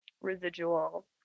residual